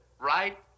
right